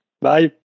Bye